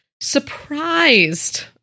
surprised